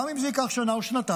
גם אם זה ייקח שנה או שנתיים,